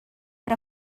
per